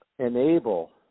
enable